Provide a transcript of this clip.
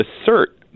assert